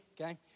Okay